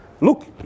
look